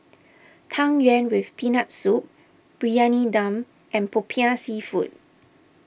Tang Yuen with Peanut Soup Briyani Dum and Popiah Seafood